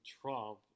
trump